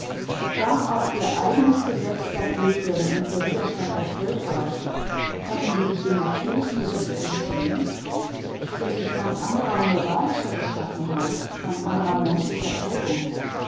war auch ihr eigenes gesetz dagegen und der widerstand der völker konnten sie sich dem natürlichen gesetz entziehen sind sie von anderer moralischer beschaffenheit von anderer menschlicher prägung